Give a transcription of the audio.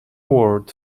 word